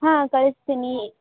ಹಾಂ ಕಳಿಸ್ತೀನಿ